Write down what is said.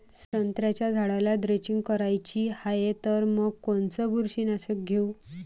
संत्र्याच्या झाडाला द्रेंचींग करायची हाये तर मग कोनच बुरशीनाशक घेऊ?